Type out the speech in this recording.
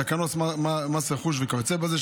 תקנות מס רכוש וכיוצא בזה,